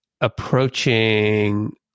approaching